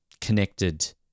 connected